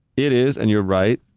it is, and you're right.